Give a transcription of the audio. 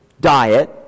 diet